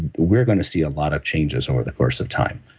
we're going to see a lot of changes over the course of time